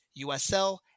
USL